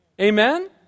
Amen